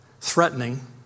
threatening